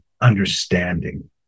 understanding